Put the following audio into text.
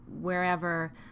wherever